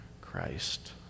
Christ